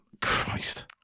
Christ